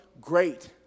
great